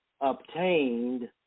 Obtained